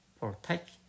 protect